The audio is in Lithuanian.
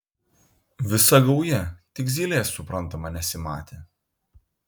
visa gauja tik zylės suprantama nesimatė